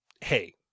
hey